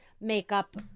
makeup